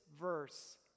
verse